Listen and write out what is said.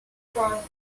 trail